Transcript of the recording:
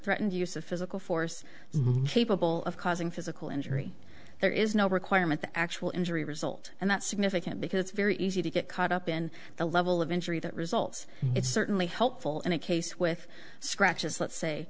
threatened use of physical force capable of causing physical injury there is no requirement the actual injury result and that's significant because it's very easy to get caught up in the level of injury that results it's certainly helpful in a case with scratches let's say